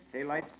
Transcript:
taillights